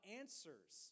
answers